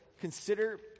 Consider